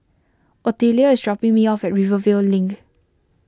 Otelia is dropping me off at Rivervale Link